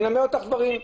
אני מלמד אותך דברים.